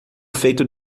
feito